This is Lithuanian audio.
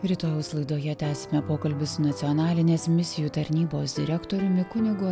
rytojaus laidoje tęsime pokalbį su nacionalinės misijų tarnybos direktoriumi kunigu